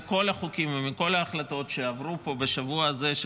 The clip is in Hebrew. שמכל החוקים ומכל ההחלטות שעברו פה בשבוע הזה של